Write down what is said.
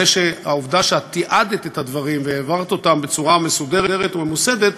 העובדה שאת תיעדת את הדברים והעברת אותם בצורה מסודרת וממוסדת,